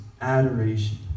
adoration